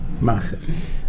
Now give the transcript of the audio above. massive